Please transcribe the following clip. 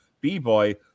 B-Boy